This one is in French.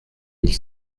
mille